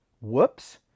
whoops